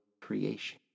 creation